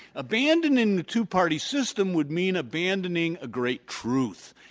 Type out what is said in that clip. abandoning the two-party system would mean abandoning a great truth,